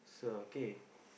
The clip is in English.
so okay